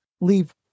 leave